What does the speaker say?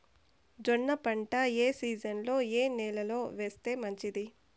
జొన్న పంట ఏ సీజన్లో, ఏ నెల లో వేస్తే మంచిది?